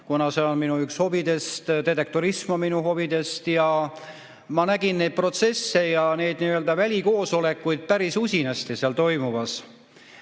kuna see on üks minu hobidest, detektorism on üks minu hobidest, ja ma nägin neid protsesse ja välikoosolekuid päris usinasti seal toimumas.